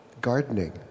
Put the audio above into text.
gardening